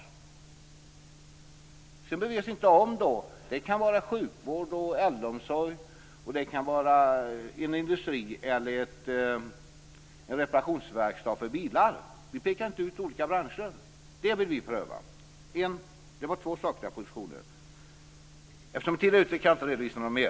Sedan kan det vara sjukvård, äldreomsorg, en industri eller en reparationsverkstad för bilar. Vi pekar inte ut olika branscher. Det vill vi pröva. Det var två sakliga positioner. Eftersom taletiden är ute kan jag inte redovisa någon mer.